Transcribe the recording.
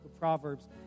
Proverbs